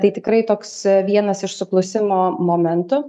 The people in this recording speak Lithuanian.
tai tikrai toks vienas iš suklusimo momentų